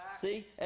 See